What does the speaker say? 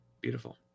Beautiful